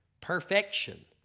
perfection